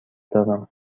دارم